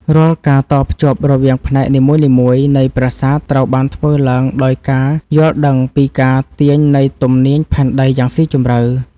រាល់ការតភ្ជាប់រវាងផ្នែកនីមួយៗនៃប្រាសាទត្រូវបានធ្វើឡើងដោយការយល់ដឹងពីការទាញនៃទំនាញផែនដីយ៉ាងស៊ីជម្រៅ។